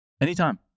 Anytime